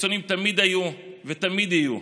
קיצונים תמיד היו ותמיד יהיו,